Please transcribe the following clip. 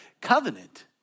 covenant